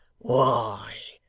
why,